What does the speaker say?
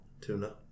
tuna